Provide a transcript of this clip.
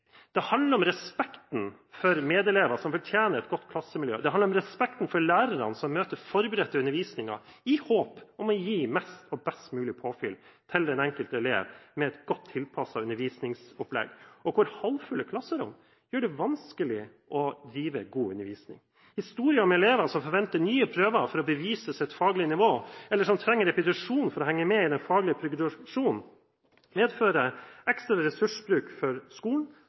Det handler om respekten for medelever, som fortjener et godt klassemiljø. Det handler om respekten for lærerne, som møter forberedt til undervisningen i håp om å gi mest og best mulig påfyll til den enkelte elev med et godt tilpasset undervisningsopplegg, og der halvfulle klasserom gjør det vanskelig å drive god undervisning. Historier om elever som forventer nye prøver for å bevise sitt faglige nivå, eller som trenger repetisjon for å henge med i den faglige progresjonen, medfører ekstra ressursbruk for skolen